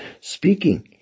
speaking